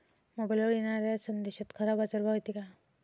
मोबाईलवर येनाऱ्या संदेशात खरा बाजारभाव येते का?